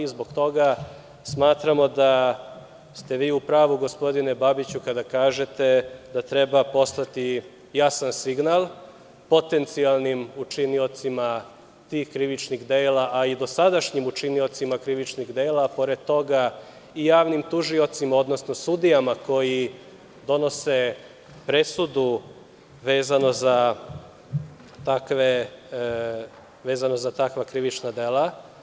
Zbog toga smatramo da ste vi u pravu gospodine Babiću kada kažete da treba poslati jasan signal potencijalnim učiniocima tih krivičnih dela, a i dosadašnjim učiniocima krivičnih dela, a pored toga i javnim tužiocima, odnosno sudijama koji donose presudu vezano za takva krivična dela.